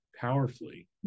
powerfully